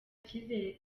kizere